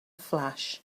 flash